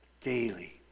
daily